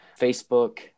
Facebook